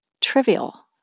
trivial